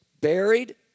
buried